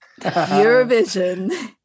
eurovision